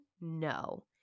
No